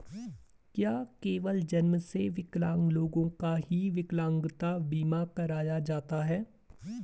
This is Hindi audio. क्या केवल जन्म से विकलांग लोगों का ही विकलांगता बीमा कराया जाता है?